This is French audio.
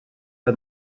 pas